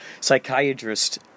psychiatrist